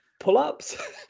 Pull-ups